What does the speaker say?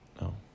No